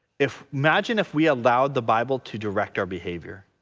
if imagine if we allowed the bible to direct our behavior.